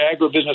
agribusiness